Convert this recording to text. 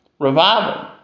revival